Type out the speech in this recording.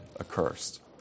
accursed